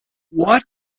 what